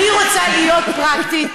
אני רוצה להיות פרקטית,